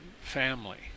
family